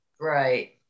Right